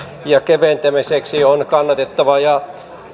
ja keventämiseksi on kannatettava ja